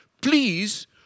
Please